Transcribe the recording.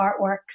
artworks